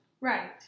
Right